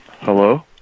Hello